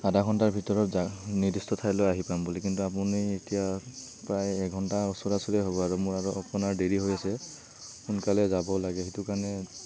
আধা ঘণ্টাৰ ভিতৰত নিদিষ্ট ঠাইলৈ আহি পাম বুলি কিন্তু আপুনি এতিয়া প্ৰায় এঘণ্টা ওচৰা ওচৰিয়ে হ'ব আৰু মোৰ আৰু আপোনাৰ দেৰি হৈছে সোনকালে যাব লাগে সেইটো কাৰণে